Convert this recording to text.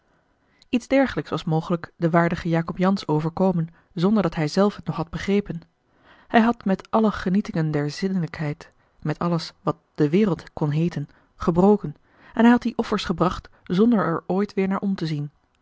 iets dergelijks was mogelijk den waardigen jacob jansz overkomen zonderdat hij zelf het nog had begrepen hij had met alle genietingen der zinnelijkheid met alles wat de wereld kon heeten gebroken en hij had die offers gebracht zonder er ooit weêr naar om te zien